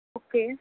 okay